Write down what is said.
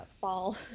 fall